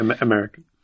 American